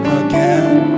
again